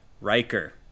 Riker